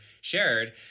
shared